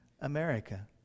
America